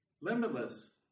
Limitless